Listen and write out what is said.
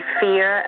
fear